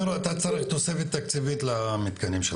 שאתה צריך תוספת תקציבית למתקנים שלך.